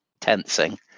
tensing